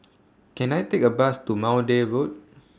Can I Take A Bus to Maude Road